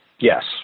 Yes